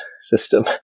system